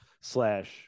slash